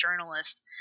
journalist